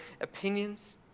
opinions